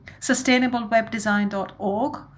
sustainablewebdesign.org